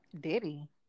Diddy